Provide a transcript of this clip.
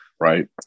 right